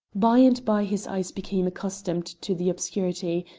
by-and-by his eyes became accustomed to the obscurity,